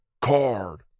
Card